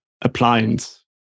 appliance